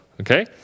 okay